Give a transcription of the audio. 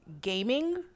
gaming